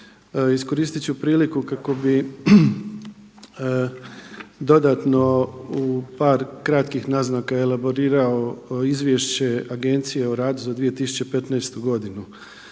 Iskoristit ću priliku kako bih dodatno u par kratkih naznaka elaborirao Izvješće agencije o radu za 2015. godinu.